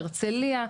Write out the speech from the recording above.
הרצליה,